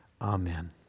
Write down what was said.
Amen